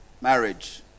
marriage